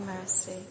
mercy